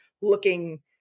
looking